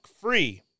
free